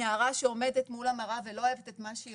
נערה שעומדת מול המראה ולא אוהבת את מה שהיא